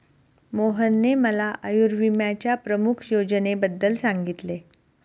मोहनने मला आयुर्विम्याच्या प्रमुख योजनेबद्दल सांगितले